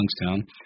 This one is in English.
Youngstown